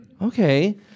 Okay